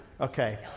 Okay